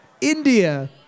India